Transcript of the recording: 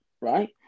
right